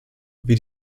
wie